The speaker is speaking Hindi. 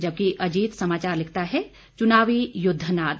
जबकि अजीत समाचार लिखता है चूनावी युद्धनाद